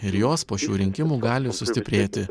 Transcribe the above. ir jos po šių rinkimų gali sustiprėti